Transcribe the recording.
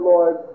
Lord